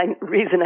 reason